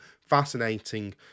fascinating